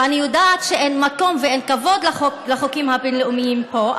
ואני יודעת שאין מקום ואין כבוד לחוקים הבין-לאומיים פה,